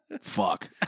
fuck